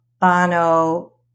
Bono